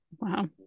Wow